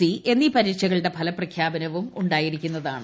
C എന്നീ പരീക്ഷകളുടെ ഫലപ്പ്ഖ്യാപനവും ഉണ്ടായിരിക്കുന്നതാണ്